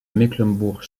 mecklembourg